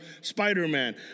Spider-Man